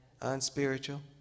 unspiritual